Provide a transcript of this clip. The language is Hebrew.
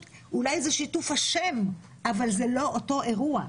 אולי זה אותו השם, אבל זה לא אותו אירוע.